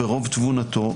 ברוב תבונתו,